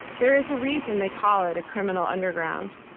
there is a reason they call it a criminal underground.